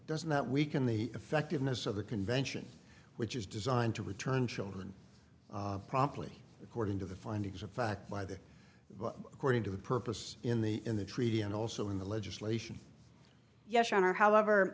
doesn't that weaken the effectiveness of the convention which is designed to return children promptly according to the findings of fact by the according to the purpose in the in the treaty and also in the legislation yes your honor however